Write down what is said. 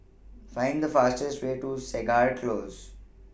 Find The fastest Way to Segar Close